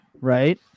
right